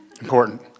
important